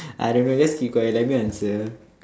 I don't know just keep quiet let me answer